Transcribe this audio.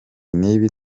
n’ibi